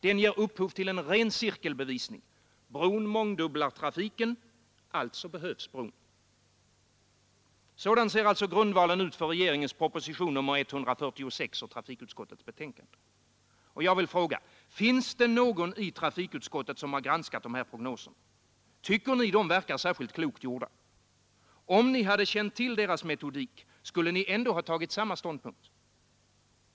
Den ger upphov till en cirkelbevisning: Bron mångdubblar trafiken — alltså behövs bron. Sådan ser alltså grundvalen ut för regeringens proposition nr 146 och trafikutskottets betänkande. Jag vill fråga: Finns det någon i trafikutskottet som granskat de här prognoserna? Tycker ni de verkar särskilt klokt gjorda? Om ni hade känt till deras metodik, skulle ni ändå ha tagit samma ståndpunkt?